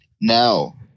now